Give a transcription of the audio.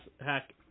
Hack